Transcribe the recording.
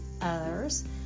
others